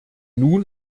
nun